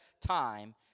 time